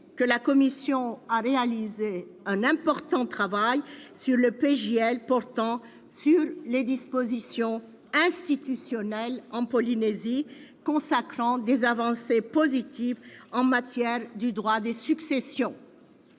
La commission a réalisé un important travail sur le projet de loi portant diverses dispositions institutionnelles en Polynésie, consacrant des avancées positives en matière de droit des successions.